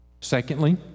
Secondly